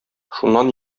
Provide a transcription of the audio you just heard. шуннан